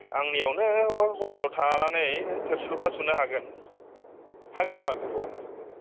आंनियावनों हटेलाव थानानै थोरसि लथा सुनो हागोन हागोन नामा बेफोरखौहाय